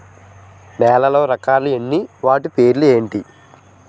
నేలలో రకాలు ఎన్ని వాటి పేర్లు ఏంటి?